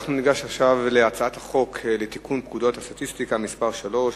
ניגש עכשיו להצעת חוק לתיקון פקודת הסטטיסטיקה (מס' 3),